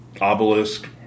Obelisk